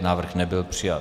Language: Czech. Návrh nebyl přijat.